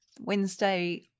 Wednesday